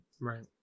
Right